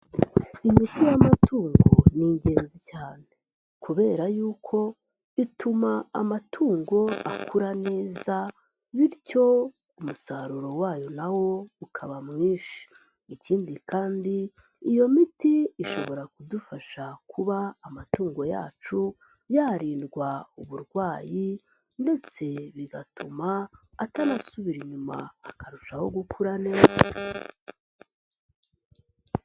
Imiti y'amatungo ni ingenzi cyane kubera yuko ituma amatungo akura neza bityo umusaruro wayo nawo ukaba mwinshi. Ikindi kandi iyo miti ishobora kudufasha kuba amatungo yacu yarindwa uburwayi ndetse bigatuma atanasubira inyuma akarushaho gukura neza.